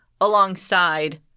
alongside